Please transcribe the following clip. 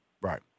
right